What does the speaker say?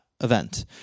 event